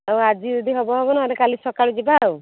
ଆଉ ଆଜି ଯଦି ହେବ ହେବ ନହେଲେ କାଲି ସକାଳେ ଯିବା ଆଉ